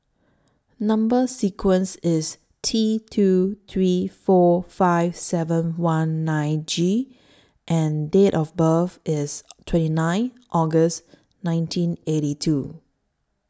Number sequence IS T two three four five seven one nine G and Date of birth IS twenty nine August nineteen eighty two